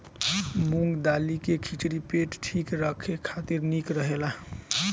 मूंग दाली के खिचड़ी पेट ठीक राखे खातिर निक रहेला